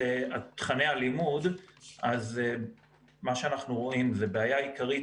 תכני הלימוד אנחנו רואים בעיה עיקרית